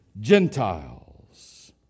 Gentiles